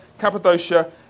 Cappadocia